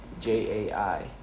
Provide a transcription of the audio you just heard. J-A-I